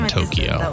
Tokyo